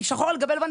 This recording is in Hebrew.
בחוק שחור על גבי לבן.